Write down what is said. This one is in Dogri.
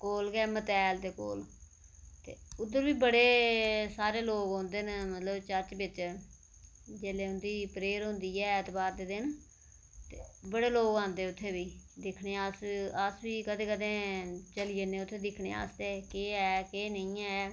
कोल गै मतैल दे कोल उद्धर बी मते सारे लोक औंदे न चर्च बिच जेल्लै उंदी प्रेअर होंदी ऐ ऐतवार ते बड़े लोक आंदे उत्थें बी दिक्खने आं अस बी कदें कदें चली जाने आं दिक्खने आस्तै इंया गै केह् ऐ केह् निं ऐ